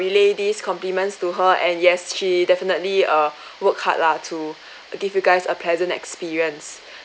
relay this compliments to her and yes she definitely err work hard lah to give you guys a pleasant experience